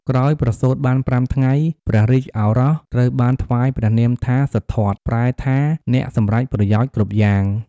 ក្រោយប្រសូតបាន ៥ ថ្ងៃ ព្រះរាជឱរសត្រូវបានថ្វាយព្រះនាមថា សិទ្ធត្ថ ប្រែថាអ្នកសម្រេចប្រយោជន៍គ្រប់យ៉ាង។